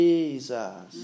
Jesus